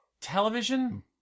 television